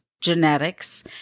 genetics